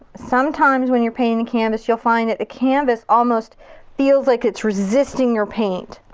sometimes when you're painting a canvas you'll find that the canvas almost feels like it's resisting your paint.